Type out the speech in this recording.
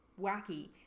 wacky